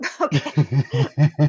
okay